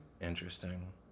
Interesting